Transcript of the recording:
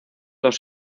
dos